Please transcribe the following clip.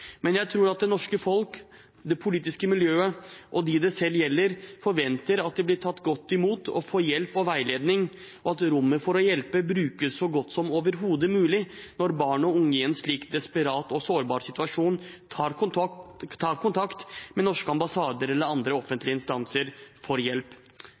Men jeg tror at det norske folk, det politiske miljøet og de det gjelder, forventer at de blir tatt godt imot og får hjelp og veiledning, og at rommet for å hjelpe brukes så godt som overhodet mulig når barn og unge i en slik desperat og sårbar situasjon tar kontakt med norske ambassader eller andre offentlige instanser for å få hjelp.